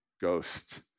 Ghost